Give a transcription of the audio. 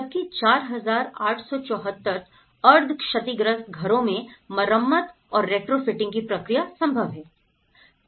जबकि 4874 अर्ध क्षतिग्रस्त घरों में मरम्मत और रेट्रोफिटिंग की प्रक्रिया संभव है